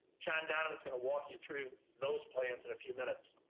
john donovan is going to walk you through those plans in a few minutes.